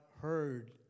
heard